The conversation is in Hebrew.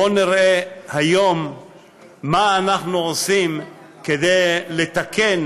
בוא נראה היום מה אנחנו עושים כדי לתקן